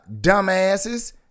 dumbasses